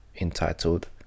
entitled